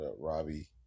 Robbie